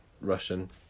Russian